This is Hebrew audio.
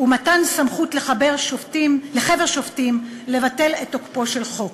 ומתן סמכות לחבר שופטים לבטל את תוקפו של חוק".